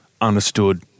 understood